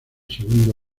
segundo